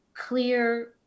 clear